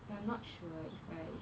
but I'm not sure if I